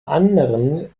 anderen